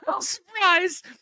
Surprise